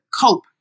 cope